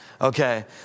Okay